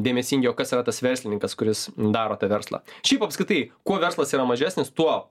dėmesingi o kas yra tas verslininkas kuris daro tą verslą šiaip apskritai kuo verslas yra mažesnis tuo